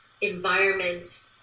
Environment